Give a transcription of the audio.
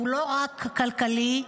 שהוא לא רק כלכלי,